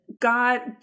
God